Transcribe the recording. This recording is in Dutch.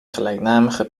gelijknamige